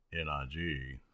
N-I-G